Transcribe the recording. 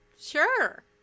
Sure